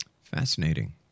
Fascinating